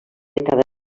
cada